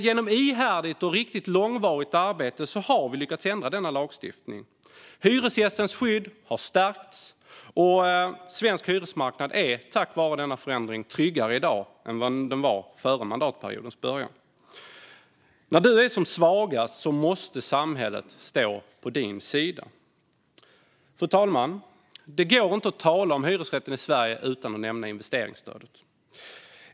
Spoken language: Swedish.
Genom ihärdigt och riktigt långvarigt arbete har vi lyckats ändra denna lagstiftning. Hyresgästens skydd har stärkts, och svensk hyresmarknad är tack vare denna förändring tryggare i dag än vad den var före mandatperiodens början. När du är svagast måste samhället stå på din sida. Fru talman! Det går inte att tala om hyresrätten i Sverige utan att nämna investeringsstödet.